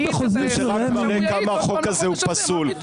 מה שרק מראה כמה החוק הזה הוא פסול.